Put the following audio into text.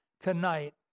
tonight